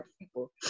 people